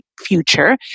future